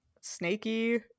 snaky